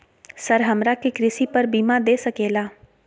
Sir हमरा के कृषि पर बीमा दे सके ला?